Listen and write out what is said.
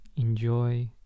enjoy